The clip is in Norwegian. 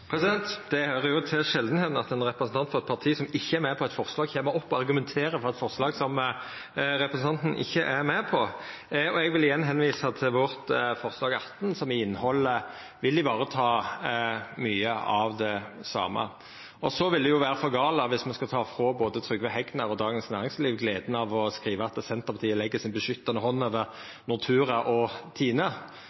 Det er sjeldan at ein representant frå eit parti som ikkje er med på eit forslag, kjem opp og argumenterer for forslaget som representanten ikkje er med på. Eg vil igjen visa til vårt forslag nr. 18, som i innhald vil vareta mykje av det same. Så vil det jo vera for gale dersom me skal ta frå både Trygve Hegnar og Dagens Næringsliv gleda av å skriva at Senterpartiet legg si beskyttande hand over